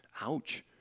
ouch